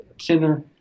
center